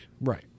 Right